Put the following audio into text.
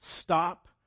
stop